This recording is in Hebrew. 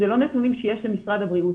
אלה לא נתונים שיש למשרד הבריאות.